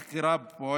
ועדת החקירה פועלת